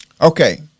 Okay